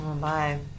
Bye